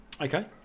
Okay